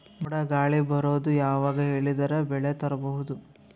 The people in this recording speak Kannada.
ಮೋಡ ಗಾಳಿ ಬರೋದು ಯಾವಾಗ ಹೇಳಿದರ ಬೆಳೆ ತುರಬಹುದು?